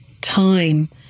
time